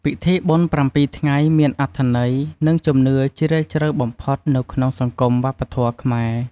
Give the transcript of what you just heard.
ពិធីបុណ្យប្រាំពីរថ្ងៃមានអត្ថន័យ និងជំនឿជ្រាលជ្រៅបំផុតនៅក្នុងសង្គមវប្បធម៌ខ្មែរ។